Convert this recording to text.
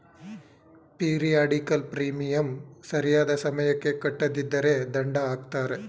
periodical premium ಸರಿಯಾದ ಸಮಯಕ್ಕೆ ಕಟ್ಟದಿದ್ದರೆ ದಂಡ ಹಾಕ್ತರೆ